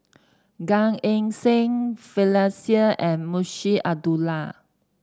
Gan Eng Seng Finlayson and Munshi Abdullah